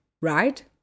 right